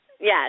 Yes